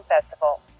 festival